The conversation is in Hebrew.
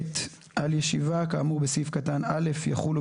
על ישיבה כאמור בסעיף קטן (א) יחולו,